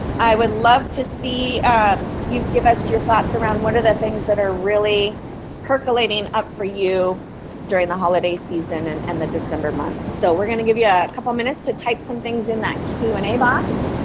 i would love to see um you give us your thoughts around what are the things that are really percolating up for you during the holiday season and and the december months? so we're gonna give you a couple minutes to type some things in that q and a box.